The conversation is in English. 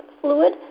fluid